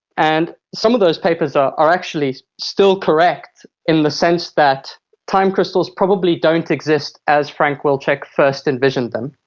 and some of those papers are are actually still correct in the sense that time crystals probably don't exist as frank wilczek first envisioned them.